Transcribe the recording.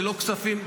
ללא כספים,